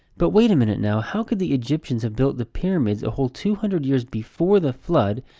but, wait a minute now, how could the egyptians have built the pyramids a whole two hundred years before the flood,